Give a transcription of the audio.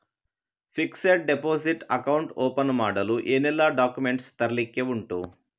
Fixed deposit account open ಮಾಡಲು ಏನೆಲ್ಲಾ documents ತರ್ಲಿಕ್ಕೆ ಉಂಟು?